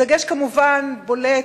הדגש כמובן בולט,